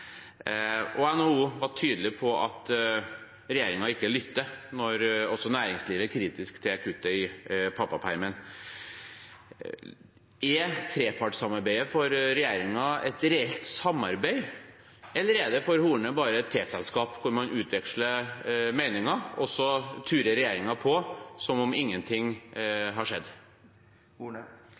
NHO var tydelig på at regjeringen ikke lytter når også næringslivet er kritisk til kuttet i pappapermen. Er trepartssamarbeidet for regjeringen et reelt samarbeid, eller er det for Horne bare et teselskap hvor man utveksler meninger, og så turer regjeringen fram som om ingenting har